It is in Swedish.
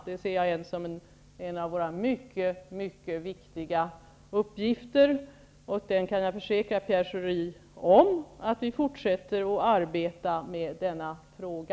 Det ser jag som en av våra viktiga uppgifter. Jag kan försäkra Pierre Schori att vi fortsätter att arbeta med denna fråga.